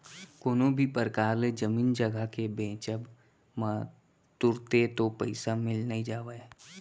कोनो भी परकार ले जमीन जघा के बेंचब म तुरते तो पइसा मिल नइ जावय